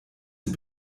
sie